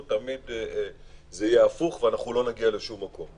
זה יהיה הפוך תמיד ולא נגיע לשום מקום.